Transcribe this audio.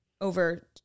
over